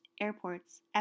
airports